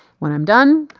when i'm done,